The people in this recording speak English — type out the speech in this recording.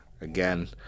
Again